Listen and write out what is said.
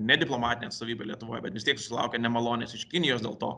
nediplomatinę atstovybę lietuvoj bet vis tiek susilaukę nemalonės iš kinijos dėl to